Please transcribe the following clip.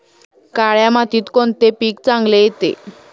काळ्या मातीत कोणते पीक चांगले येते?